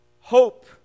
hope